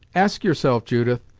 ask yourself, judith,